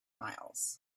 miles